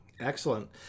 Excellent